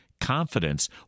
confidence